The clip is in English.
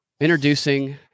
introducing